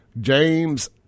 James